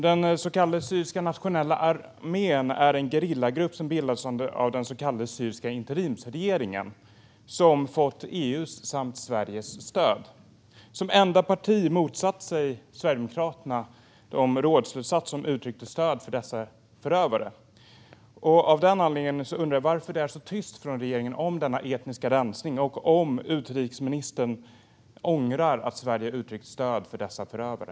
Den så kallade Syriska nationella armén är en gerillagrupp som bildades av den så kallade syriska interimsregeringen, som har fått EU:s samt Sveriges stöd. Som enda parti motsatte sig Sverigedemokraterna de rådsslutsatser som uttryckte stöd för dessa förövare. Av den anledningen undrar jag varför det är så tyst från regeringen om denna etniska rensning och om utrikesministern ångrar att Sverige uttryckt stöd för dessa förövare.